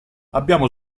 abbiamo